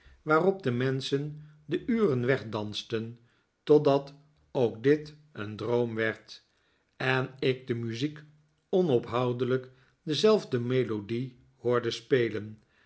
waarop de menschen de uren wegdansten totdat ook dit een droom werd en ik de muziek onophoudelijk dezelfde melodie hoorde spelen